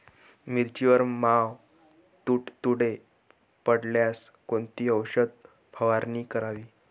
मिरचीवर मावा, तुडतुडे पडल्यास कोणती औषध फवारणी करावी?